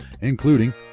including